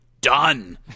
done